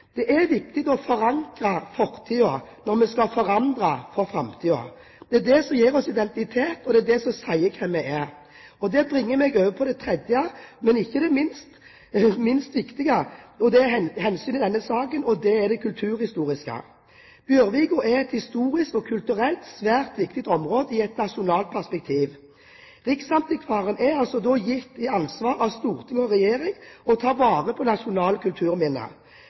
Det er viktig å forankre fortiden når vi skal forandre for framtiden. Det er det som gir oss identitet, og det er det som sier hvem vi er. Og det bringer meg over på det tredje – men ikke det minst viktige – hensynet i denne saken, og det er det kulturhistoriske. Bjørvika er et historisk og kulturelt svært viktig område i et nasjonalt perspektiv. Riksantikvaren er altså av storting og regjering gitt i ansvar å ta vare på